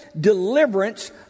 deliverance